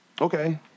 Okay